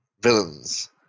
villains